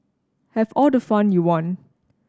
have all the fun you want